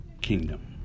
Kingdom